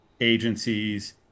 agencies